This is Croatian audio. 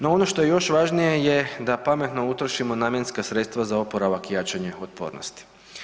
No ono što je još važnije je da pametno utrošimo namjenska sredstva za oporavak i jačanje otpornosti.